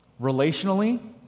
Relationally